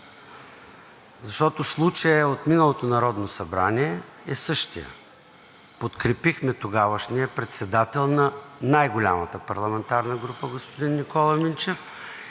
Защото случаят от миналото Народно събрание е същият – подкрепихме тогавашния председател на най-голямата парламентарна група господин Никола Минчев